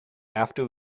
after